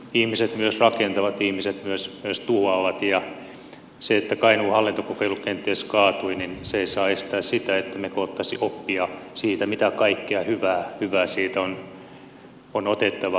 ihmiset myös rakentavat ihmiset myös tuhoavat ja se että kainuun hallintokokeilu kenties kaatui ei saa estää sitä ettemmekö ottaisi oppia siitä mitä kaikkea hyvää siitä on otettavaksi